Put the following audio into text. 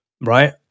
Right